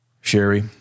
Sherry